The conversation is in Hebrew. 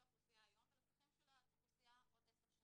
האוכלוסייה היום ולצרכים של האוכלוסייה בעוד עשר שנים.